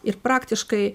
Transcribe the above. ir praktiškai